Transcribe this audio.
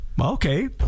Okay